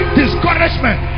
discouragement